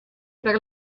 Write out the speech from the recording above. per